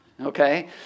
okay